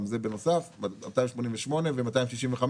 ב-2020 זה 288 מיליון ש"ח,